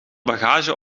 bagage